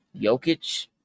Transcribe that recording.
Jokic